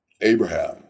Abraham